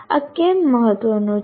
આ કેમ મહત્વનું છે